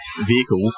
vehicle